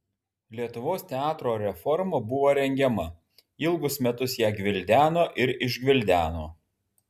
lietuvos teatro reforma buvo rengiama ilgus metus ją gvildeno ir išgvildeno